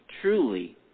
truly